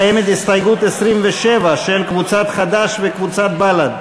קיימת הסתייגות 27, של קבוצת חד"ש וקבוצת בל"ד.